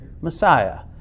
Messiah